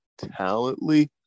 talently